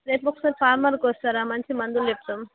రేపు ఒకసారి ఫార్మర్కు వస్తారా మంచి మందులు చెప్తాం